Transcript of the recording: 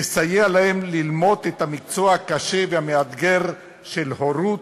תסייע להם ללמוד את המקצוע הקשה והמאתגר של הורות